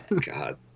God